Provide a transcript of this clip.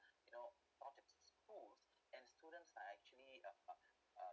you know and students are actually uh uh